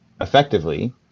effectively